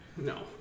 No